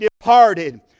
departed